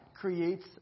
creates